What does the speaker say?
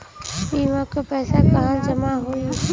बीमा क पैसा कहाँ जमा होई?